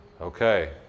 Okay